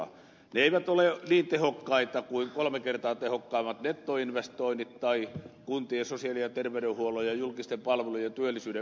ne eivät ole niin tehokkaita kuin kolme kertaa tehokkaammat nettoinvestoinnit tai kuntien sosiaali ja terveydenhuollon ja julkisten palvelujen ja työllisyyden ylläpito